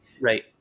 right